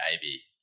baby